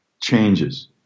changes